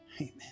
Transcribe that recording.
amen